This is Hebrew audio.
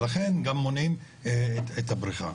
ולכן גם מונעים את הבריחה.